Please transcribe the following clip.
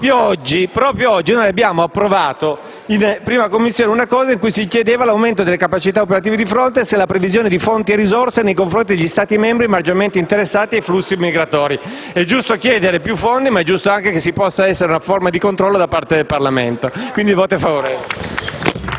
Commissione, abbiamo approvato una norma in cui si chiede un aumento delle capacità operative a fronte della previsione di fondi e risorse nei confronti degli Stati membri maggiormente interessati dai flussi migratori. È giusto chiedere più fondi, ma è giusto anche che vi possa essere una forma di controllo da parte del Parlamento. Per questi motivi,